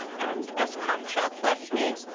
and, as cot shall pless me,